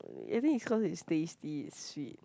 I think is cause he stated this is sweet